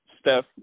Steph